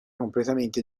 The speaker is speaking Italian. completamente